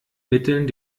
mitteln